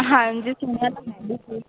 ਹਾਂਜੀ ਸੁਣਿਆ ਤਾਂ ਮੈਂ ਵੀ ਸੀ